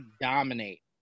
dominate